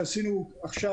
שעשינו עכשיו,